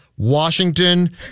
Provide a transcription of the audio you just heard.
Washington